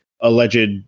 alleged